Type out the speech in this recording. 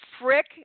Frick